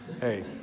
hey